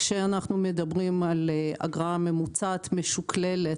כשאנחנו מדברים על אגרה ממוצעת משוקללת,